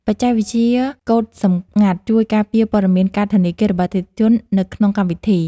បច្ចេកវិទ្យាកូដសម្ងាត់ ជួយការពារព័ត៌មានកាតធនាគាររបស់អតិថិជននៅក្នុងកម្មវិធី។